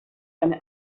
eine